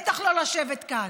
בטח לא לשבת כאן.